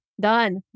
Done